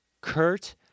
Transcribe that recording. Kurt